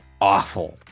awful